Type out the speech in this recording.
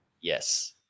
Yes